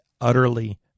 utterly